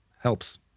Helps